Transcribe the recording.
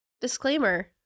Disclaimer